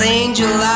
angel